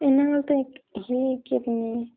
ਇਹਨਾਂ ਨਾਲ ਤਾਂ ਇੱਕ ਇਹ ਹੈ ਕਿ ਆਪਣੀ